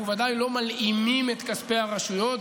אנחנו בוודאי לא מלאימים את כספי הרשויות,